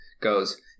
goes